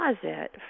closet